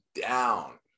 down